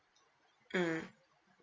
mm